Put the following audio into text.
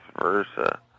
versa